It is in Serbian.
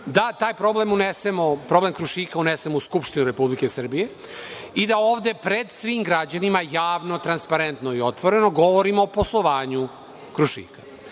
da taj problem Krušika unesemo u Skupštinu Republike Srbije i da ovde pred svim građanima javno, transparentno i otvoreno govorimo o poslovanju Krušika. Ono